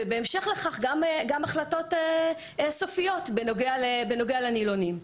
ובהמשך לכך גם החלטות סופיות בנוגע לנילונים.